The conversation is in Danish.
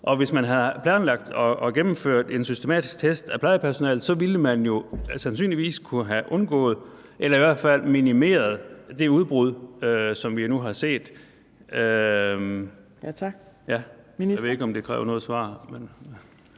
hvis man havde planlagt at gennemføre en systematisk test af plejepersonalet, ville man jo sandsynligvis kunne have undgået eller i hvert fald minimeret det udbrud, som vi nu har set.